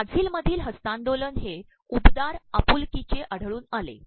ब्राझीलमधील हस्त्तांदोलन हे उबदार आपुलकीचे आढळून आले